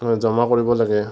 জমা কৰিব লাগে